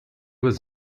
was